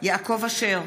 יעקב אשר,